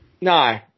No